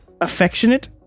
affectionate